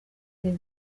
rye